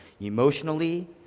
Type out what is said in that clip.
emotionally